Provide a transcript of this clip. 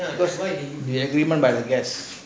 firstly every month by cash